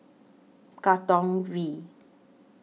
Katong V